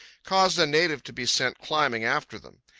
caused a native to be sent climbing after them.